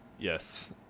yes